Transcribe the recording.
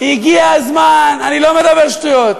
הגיע הזמן, אתה מדבר שטויות.